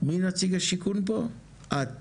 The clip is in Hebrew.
עוד